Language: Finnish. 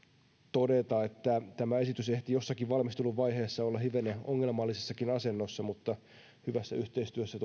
todeta että tämä esitys ehti jossakin valmisteluvaiheessa olla hivenen ongelmallisessakin asennossa mutta hyvässä yhteistyössä